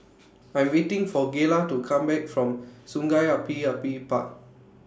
I'm waiting For Gayla to Come Back from Sungei Api Api Park